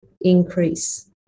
increase